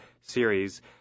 series